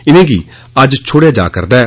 इनेंगी अज्ज छोड़ने जा करदा ऐ